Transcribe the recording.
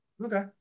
Okay